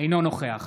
אינו נוכח